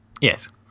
Yes